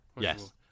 Yes